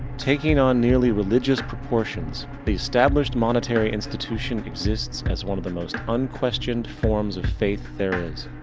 taking on nearly religious proportions, the established monetary institution exists as one of the most unquestioned forms of faith there is.